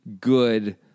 good